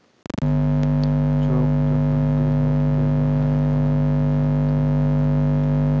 check যখন গ্রাহক ব্যবহার করাং সেটা থুই টাকা পাইচুঙ